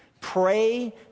pray